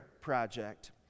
project